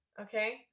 okay